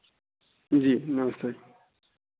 जी नमस्ते